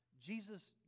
Jesus